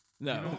No